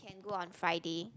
go on Friday